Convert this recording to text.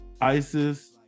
Isis